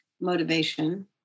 motivation